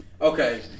Okay